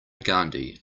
gandhi